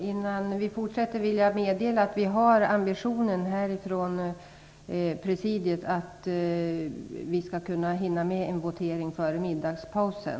Innan vi fortsätter vill jag meddela att vi i presidiet har ambitionen att hinna med en votering före middagspausen.